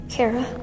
Kara